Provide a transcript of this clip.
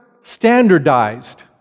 standardized